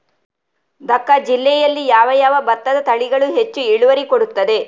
ದ.ಕ ಜಿಲ್ಲೆಯಲ್ಲಿ ಯಾವ ಯಾವ ಭತ್ತದ ತಳಿಗಳು ಹೆಚ್ಚು ಇಳುವರಿ ಕೊಡುತ್ತದೆ?